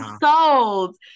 sold